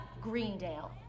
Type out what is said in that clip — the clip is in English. Greendale